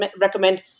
recommend